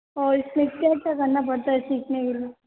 और इसमें क्या क्या करना पड़ता है सीखने के लिए